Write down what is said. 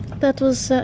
that was,